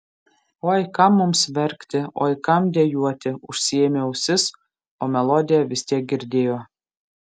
oi kam mums verkti oi kam dejuoti užsiėmė ausis o melodiją vis tiek girdėjo